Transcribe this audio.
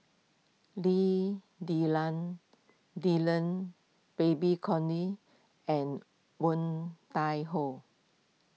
Lim Denan Denon Babes Conde and Woon Tai Ho